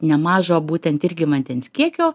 nemaža būtent irgi vandens kiekio